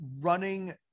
running